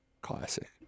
classic